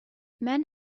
men